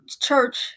church